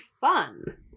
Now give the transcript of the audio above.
fun